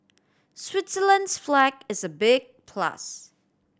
Switzerland's flag is a big plus